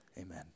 Amen